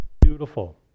beautiful